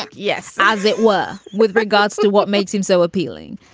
yes. as it were with regards to what makes him so appealing.